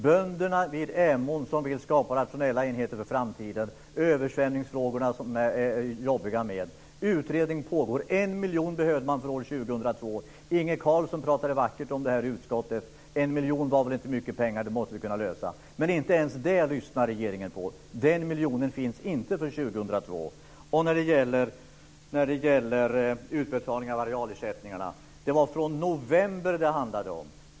Bönderna vid Emån, som vill skapa rationella enheter för framtiden, har att dras med de jobbiga översvämningsfrågorna. Utredning pågår. Man behövde 1 miljon för 2002. Inge Carlsson talade vackert för detta i utskottet och menade att 1 miljon väl inte var mycket pengar. Detta måste vi kunna lösa. Men inte ens det lyssnar regeringen på. Den miljonen föreslås inte för 2002. När det gäller utbetalningen av arealersättningarna vill jag erinra om att det handlade om november månad.